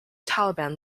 taliban